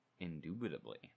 indubitably